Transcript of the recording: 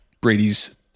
Brady's